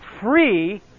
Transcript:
free